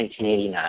1989